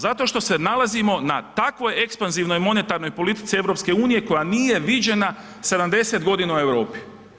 Zato što se nalazimo na takvoj ekspanzivnoj monetarnoj politici EU koja nije viđena 70 godina u Europi.